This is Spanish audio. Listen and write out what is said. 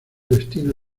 destino